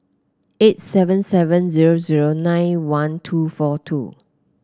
eight seven seven zero zero nine one two four two